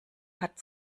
hat